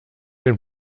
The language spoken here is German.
den